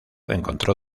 encontró